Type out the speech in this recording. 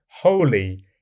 Holy